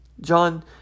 John